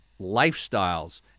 lifestyles